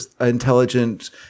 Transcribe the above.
intelligent